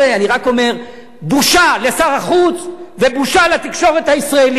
אני רק אומר: בושה לשר החוץ ובושה לתקשורת הישראלית.